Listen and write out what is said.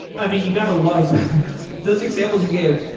i mean, you got to love those examples you gave,